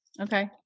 Okay